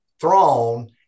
throne